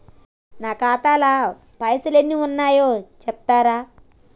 నా ఖాతా లా పైసల్ ఎన్ని ఉన్నాయో చెప్తరా?